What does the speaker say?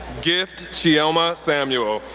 gift chioma samuel,